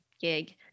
gig